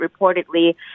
reportedly